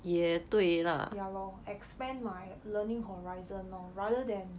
ya lor expand my learning horizon lor rather than